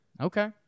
Okay